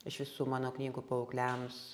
iš visų mano knygų paaugliams